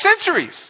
centuries